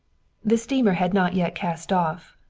the steamer had not yet cast off.